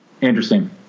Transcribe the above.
Interesting